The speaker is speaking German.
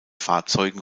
fahrzeugen